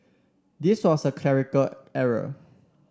this was a clerical error